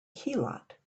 heelot